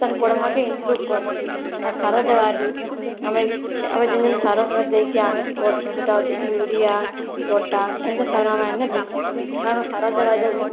ତାର୍ ବଢ଼ବାକେ ଇମ୍ପପୃଭ କରସି ଆର୍ ସାର ଦେବାରୁ ଆମେ ଆମେ ଯେନ୍ ଯେନ୍ ସାର ଫାର ଦେଇକି ଆମେ କରସୁଁ ସେଟା ହେଉଛେ ୟୁରିଆ ପୋଟାସ ଏନ୍ତା ସାର ଆମେ ଆଣିକିନା ଦେସୁ କାରଣ ସାର ଦେବା ଯୋଗୁଁ